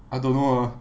I don't know ah